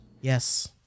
Yes